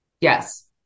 Yes